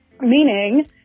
meaning